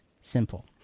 simple